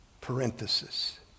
parenthesis